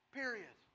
period